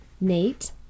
Nate